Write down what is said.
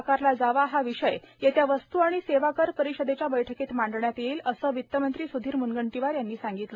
आकारला जावा हा विषय येत्या वस्तू आणि सेवा कर परिषदेच्या बैठकीत मांडण्यात येईल असे वितमंत्री सुधीर म्नगंटीवार यांनी सांगितले